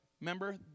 Remember